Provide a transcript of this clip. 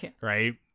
right